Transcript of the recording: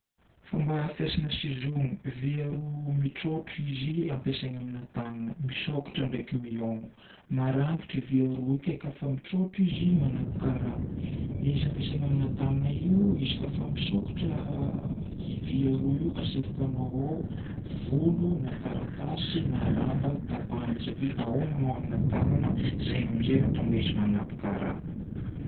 Fomba fiasana ciseaux. Vy aroa mitrôtro izy, ampiasaina amina tagnana. Misôkatra ndraiky mihaogna. Maragnitra vy aroa io kafa mitrôtro izy manapaka raha. Izy ampiasaina amin'ny tagnana io, izy koafa misokatra vy aroa io, asefokanao ao volo, na taratasy, na lamba tapahana. Sa fe ahaognanao amina tagnana. Zegny amin'iay mahatonga izy manapaka raha.